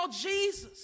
Jesus